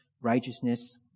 righteousness